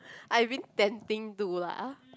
I've been tempting to lah